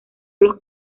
los